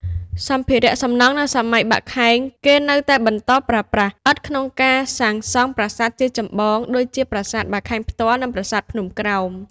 សម្ភារៈសំណង់នៅសម័យបាខែង គេនៅតែបន្តប្រើប្រាស់ ឥដ្ឋ ក្នុងការសាងសង់ប្រាសាទជាចម្បង ដូចជាប្រាសាទបាខែងផ្ទាល់ និងប្រាសាទភ្នំក្រោម។